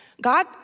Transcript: God